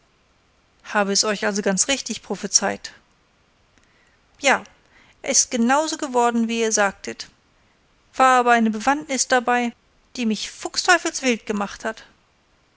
habe es euch also ganz richtig prophezeit ja ist genau so geworden wie ihr sagtet war aber eine bewandtnis dabei die mich fuchsteufelswild gemacht hat